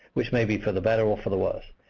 which may be for the better or for the worse.